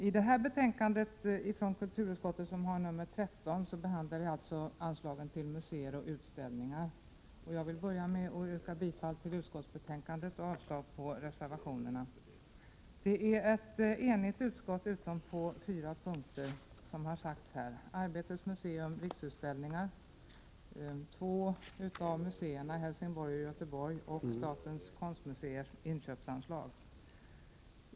I detta betänkande från kulturutskottet, som har nr 13, behandlar vi alltså anslagen till museer och utställningar, och jag vill till att börja med yrka bifall till utskottets hemställan och avslag på reservationerna. Som det har påpekats är utskottsbetänkandet enhälligt utom på fyra punkter: Arbetets museum, Riksutställningar, två av museerna — Helsingborgs och Göteborgs museer — och statens konstmuseers inköpsanslag.